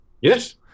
yes